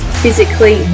physically